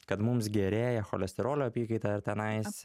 kad mums gerėja cholesterolio apykaita ar tenais